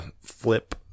flip